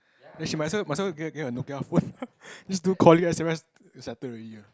then she might as well might as well get get a Nokia phone just do calling s_m_s then settle already ah